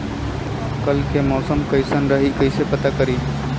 कल के मौसम कैसन रही कई से पता करी?